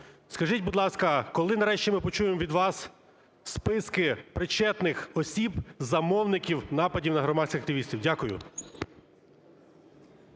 Скажіть, будь ласка, коли нарешті ми почуємо від вас списки причетних осіб замовників нападів на громадських активістів? Дякую.